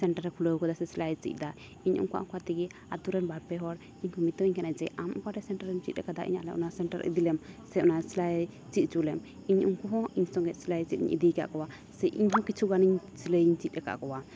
ᱥᱤᱞᱟᱹᱭ ᱥᱮᱱᱴᱟᱨᱮ ᱠᱷᱩᱞᱟᱹᱣ ᱠᱟᱫᱟ ᱥᱮ ᱥᱤᱞᱟᱹᱭᱮ ᱪᱮᱫᱫᱟ ᱤᱧ ᱚᱱᱠᱟ ᱚᱱᱠᱟ ᱛᱮᱜᱮ ᱟᱛᱳ ᱨᱮᱱ ᱵᱟᱨ ᱯᱮ ᱦᱚᱲ ᱤᱧ ᱠᱚ ᱢᱮᱛᱟᱣᱟᱹᱧ ᱠᱟᱱᱟ ᱡᱮ ᱟᱢ ᱚᱠᱟ ᱨᱮ ᱥᱮᱱᱴᱟᱨ ᱨᱮᱢ ᱪᱮᱫ ᱠᱟᱫᱟ ᱟᱞᱮ ᱚᱱᱟ ᱥᱮᱱᱴᱟᱨ ᱤᱫᱤ ᱞᱮᱢ ᱥᱮ ᱚᱱᱟ ᱥᱤᱞᱟᱹᱭ ᱪᱮᱫ ᱦᱚᱪᱚ ᱞᱮᱢ ᱤᱧ ᱩᱱᱠᱩ ᱦᱚᱸ ᱤᱧ ᱥᱚᱝᱜᱮᱛᱮ ᱥᱤᱞᱟᱹᱭ ᱪᱮᱫ ᱤᱧ ᱤᱫᱤ ᱠᱟᱫ ᱠᱚᱣᱟ ᱥᱮ ᱤᱧ ᱦᱚᱸ ᱠᱤᱪᱷᱩ ᱜᱟᱱ ᱥᱤᱞᱟᱹᱭ ᱤᱧ ᱪᱮᱫ ᱟᱠᱟᱫ ᱠᱚᱣᱟ